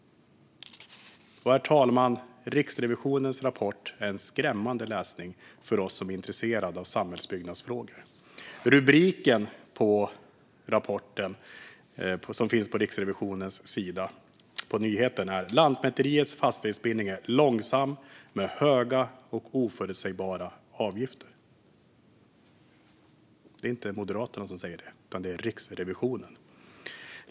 Herr talman! Riksrevisionens rapport är skrämmande läsning för oss som är intresserade av samhällsbyggnadsfrågor. Rubriken på nyheten om rapporten, som finns på Riksrevisionens hemsida, är "Lantmäteriets fastighetsbildning är långsam, med höga och oförutsägbara avgifter". Det är inte Moderaterna som säger det, utan det är Riksrevisionen.